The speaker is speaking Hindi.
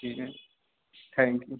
ठीक है थैंक यू